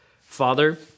Father